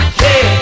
hey